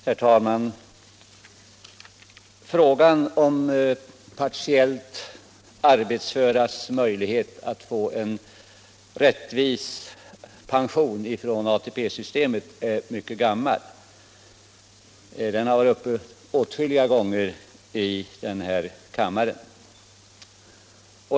Herr talman! Frågan om partiellt arbetsföras möjlighet att få en rättvis pension från ATP-systemet är mycket gammal. Den har varit uppe till behandling åtskilliga gånger i den här kammaren.